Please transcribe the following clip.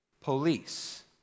police